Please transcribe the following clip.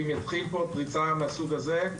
ואם תתחיל פה פריצה מסוג זה,